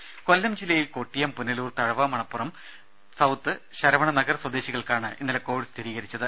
രുമ കൊല്ലം ജില്ലയിൽ കൊട്ടിയം പുനലൂർ തഴവ മണപ്പുറം സൌത്ത് ശരവണ നഗർ സ്വദേശികൾക്കാണ് ഇന്നലെ കോവിഡ് സ്ഥിരീകരിച്ചത്